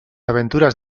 aventuras